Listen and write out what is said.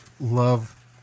love